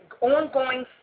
ongoing